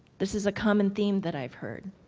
this is a common theme that i've heard.